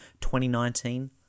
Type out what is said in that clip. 2019